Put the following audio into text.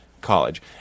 college